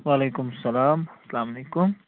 وعلیکُم السَلام السَلام علیکُم